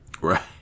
Right